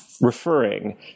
referring